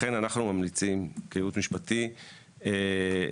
לכן אנחנו ממליצים כייעוץ משפטי שהוועדה,